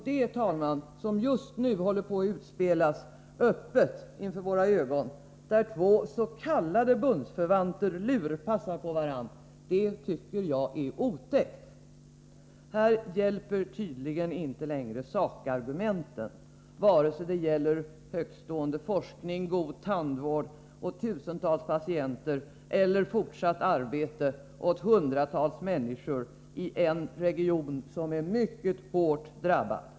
Det som just nu öppet utspelas inför våra ögon — två s.k. bundsförvanter lurpassar på varandra — är enligt min uppfattning otäckt. Inga sakargument hjälper tydligen, vare sig det gäller högtstående forskning eller god tandvård åt tusentals patienter eller fortsatt arbete åt hundratals människor i en region som redan drabbats mycket hårt.